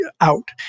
out